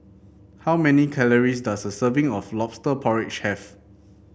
how many calories does a serving of lobster porridge have